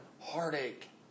heartache